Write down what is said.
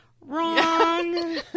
wrong